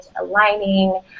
aligning